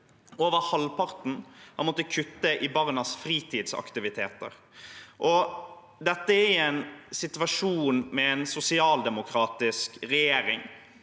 Over halvparten har måttet kutte i barnas fritidsaktiviteter. Dette er en situasjon med en sosialdemokratisk regjering.